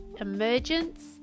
emergence